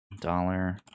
Dollar